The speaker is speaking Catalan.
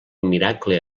miracle